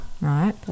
right